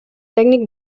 tècnic